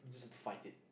just to fight it